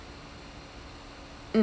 mm